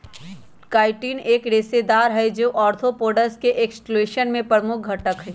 chitin एक रेशेदार हई, जो आर्थ्रोपोड्स के एक्सोस्केलेटन में प्रमुख घटक हई